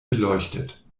beleuchtet